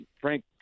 Frank